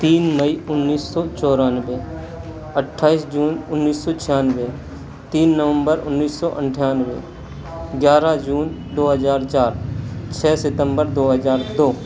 तीन मई उन्नीस सौ चौरानबे अठ्ठाईस जून उन्नीस सौ छियानबे तीन नवंबर उन्नीस सौ अंठानबे ग्यारह जून दो हजार चार छः सितंबर दो हजार दो